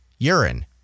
urine